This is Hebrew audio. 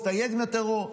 מסתייג מטרור?